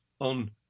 on